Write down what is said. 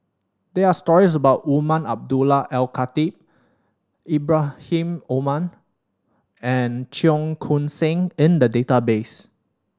there are stories about Umar Abdullah Al Khatib Ibrahim Omar and Cheong Koon Seng in the database